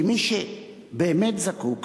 כי מי שבאמת זקוק,